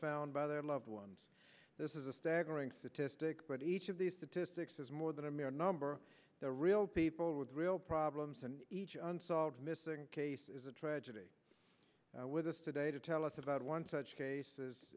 found by their loved ones this is a staggering statistic but each of these statistics is more than a mere number they're real people with real problems and each on solved missing case is a tragedy with us today to tell us about one such cases